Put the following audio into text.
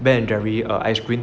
Ben and Jerry ice cream